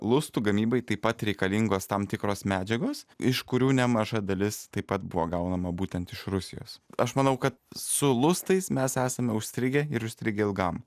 lustų gamybai taip pat reikalingos tam tikros medžiagos iš kurių nemaža dalis taip pat buvo gaunama būtent iš rusijos aš manau kad su lustais mes esame užstrigę ir užstrigę ilgam